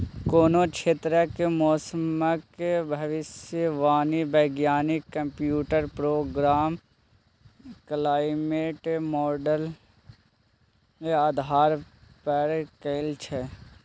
कोनो क्षेत्रक मौसमक भविष्यवाणी बैज्ञानिक कंप्यूटर प्रोग्राम क्लाइमेट माँडल आधार पर करय छै